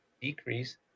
decrease